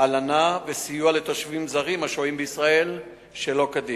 הלנה וסיוע לתושבים זרים השוהים בישראל שלא כדין.